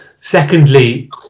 Secondly